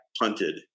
punted